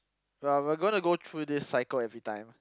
well we are gonna go through this cycle everytime